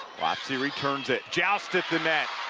wapsie returns it joust at the net